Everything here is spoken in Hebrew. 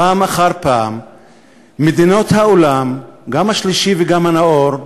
פעם אחר פעם מדינות העולם, גם השלישי וגם הנאור,